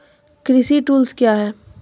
कृषि टुल्स क्या हैं?